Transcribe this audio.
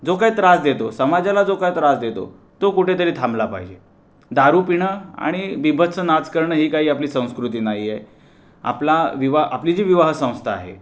जो काही त्रास देतो समाजाला जो काही त्रास देतो तो कुठेतरी थांबला पाहिजे दारू पिणं आणि बीभत्स नाच करणं ही काही आपली संस्कृती नाहीये आपला विवा आपली जी विवाह संस्था आहे